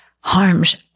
harms